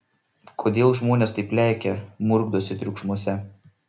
kodėl žmonės taip lekia murkdosi triukšmuose